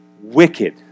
wicked